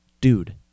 dude